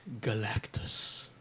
Galactus